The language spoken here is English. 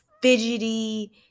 fidgety